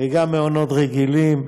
וגם מעונות רגילים,